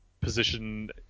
position